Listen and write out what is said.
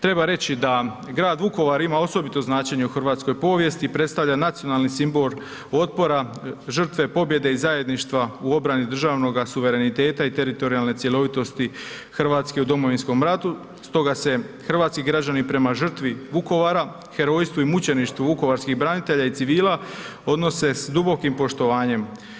Treba reći da grad Vukovar ima osobito značenje u hrvatskoj povijesti, predstavlja nacionalni simbol otpora, žrtve, pobjede i zajedništva u obrani državnoga suvereniteta i teritorijalne cjelovitosti Hrvatske u Domovinskom ratu stoga se hrvatski građani prema žrtvi Vukovara, herojstvu i mučeništvu vukovarskih branitelja i civila odnose s dubokim poštovanjem.